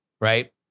right